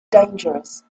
dangerous